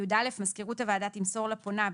"(יא) מזכירות הוועדה תמסור לפונה,